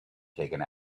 taken